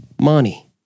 money